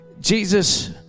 Jesus